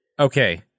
Okay